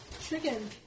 Chicken